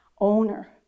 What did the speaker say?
owner